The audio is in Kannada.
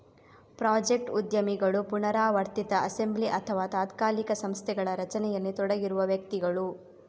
ಪ್ರಾಜೆಕ್ಟ್ ಉದ್ಯಮಿಗಳು ಪುನರಾವರ್ತಿತ ಅಸೆಂಬ್ಲಿ ಅಥವಾ ತಾತ್ಕಾಲಿಕ ಸಂಸ್ಥೆಗಳ ರಚನೆಯಲ್ಲಿ ತೊಡಗಿರುವ ವ್ಯಕ್ತಿಗಳು